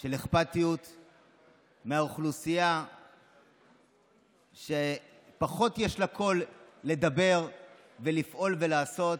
של אכפתיות מהאוכלוסייה שפחות יש לה קול לדבר ולפעול ולעשות.